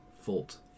fault